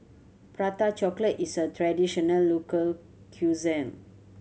Prata Chocolate is a traditional local cuisine